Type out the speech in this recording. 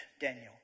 Daniel